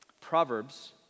Proverbs